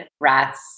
rats